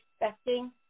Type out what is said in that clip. expecting